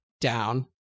down